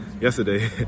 yesterday